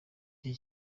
iki